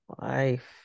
life